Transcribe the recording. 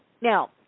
now